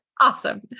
Awesome